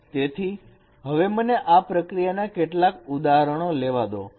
તેથી હવે મને આ પ્રક્રિયાના કેટલાક ઉદાહરણો લેવા દો